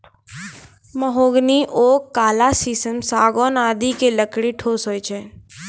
mahogany, oak, काला शीशम, सागौन आदि के लकड़ी ठोस होय छै